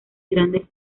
grandes